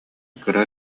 кыра